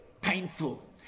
painful